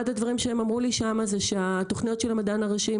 אחד הדברים שהם אמרו לי שם הוא על התוכניות של המדען הראשי,